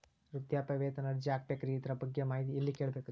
ವೃದ್ಧಾಪ್ಯವೇತನ ಅರ್ಜಿ ಹಾಕಬೇಕ್ರಿ ಅದರ ಬಗ್ಗೆ ಎಲ್ಲಿ ಕೇಳಬೇಕ್ರಿ?